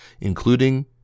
including